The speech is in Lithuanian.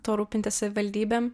tuo rūpintis savivaldybėm